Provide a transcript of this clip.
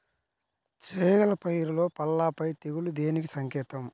చేగల పైరులో పల్లాపై తెగులు దేనికి సంకేతం?